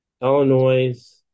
Illinois